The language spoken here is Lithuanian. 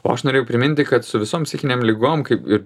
o aš norėjau priminti kad su visom psichinėm ligom kaip ir